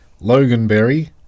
Loganberry